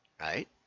right